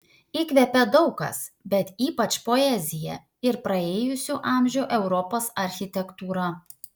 įkvepia daug kas bet ypač poezija ir praėjusių amžių europos architektūra